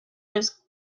his